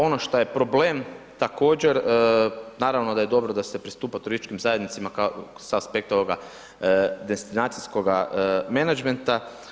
Ono šta je problem također, naravno da je dobro da se pristupa turističkim zajednicama sa aspekta ovoga destinacijskoga menadžmenta.